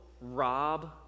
rob